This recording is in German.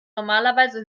normalerweise